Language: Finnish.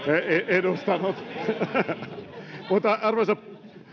edustanut arvoisa